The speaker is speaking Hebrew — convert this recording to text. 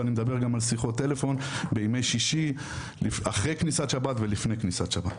ואני מדבר גם על שיחות טלפון בימי שישי אחרי כניסת שבת ולפני כניסת שבת.